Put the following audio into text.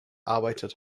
arbeitet